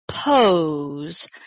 Pose